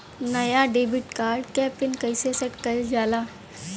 नया debit card क pin कईसे सेट कईल जाला?